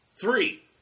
three